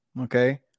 okay